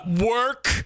work